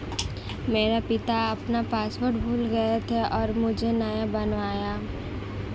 मेरे पिता अपना पासवर्ड भूल गए थे और मुझसे नया बनवाया